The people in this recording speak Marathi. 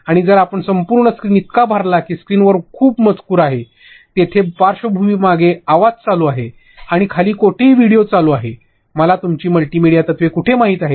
आणि जर आपण संपूर्ण स्क्रीन इतका भरला की स्क्रीनवर मजकूर खूप आहे तेथे पार्श्वभूमीमध्ये आवाज चालू आहे आणि खाली कोठेही व्हिडिओ चालू आहे मला तुमची मल्टीमीडिया तत्त्वे कुठे माहित आहेत